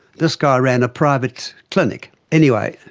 this guy ran a private clinic. anyway,